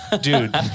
Dude